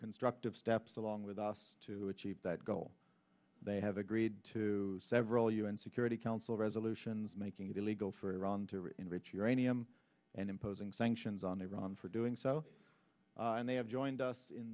constructive steps along with us to achieve that goal they have agreed to several u n security council resolutions making it illegal for iran to it's uranium and imposing sanctions on iran for doing so and they have joined us in